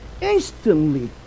instantly